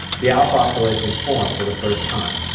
the alpha oscillations form for the first time.